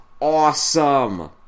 awesome